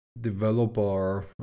developer